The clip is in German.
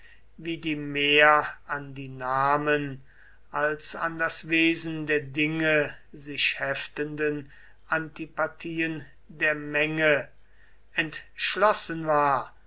wie die mehr an die namen als an das wesen der dinge sich heftenden antipathien der menge entschlossen war